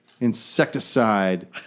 insecticide